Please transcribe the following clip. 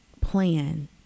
plan